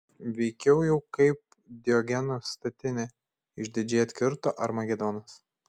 veikiau jau kaip diogeno statinė išdidžiai atkirto armagedonas